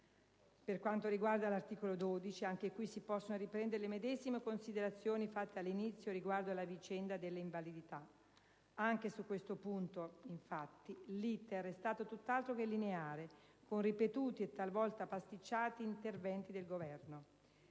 Per quanto riguarda l'articolo 12, anche qui si possono riprendere le medesime considerazioni fatte all'inizio riguardo la vicenda delle invalidità. Anche su questo punto, infatti, l'*iter* è stato tutt'altro che lineare, con ripetuti e talvolta pasticciati interventi del Governo.